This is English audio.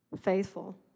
faithful